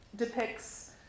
depicts